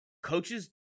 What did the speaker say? Coaches